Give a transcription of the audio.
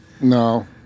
No